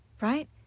right